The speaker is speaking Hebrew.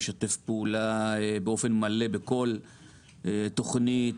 ישתף פעולה באופן מלא בכל תוכנית,